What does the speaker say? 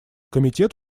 комитет